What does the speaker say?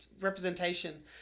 representation